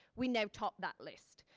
we now top that list.